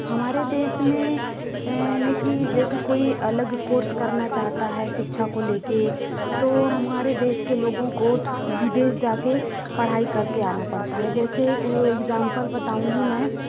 हमारे देश में है न कि जैसे कोई अलग कोर्स करना चाहता है शिक्षा को लेके तो हमारे देश के लोगों को विदेश जाकर पढ़ाई करके आना पड़ता है जैसे कोई इग्जाम्पल बताऊँगी मैं